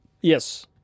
Yes